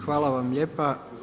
Hvala vam lijepa.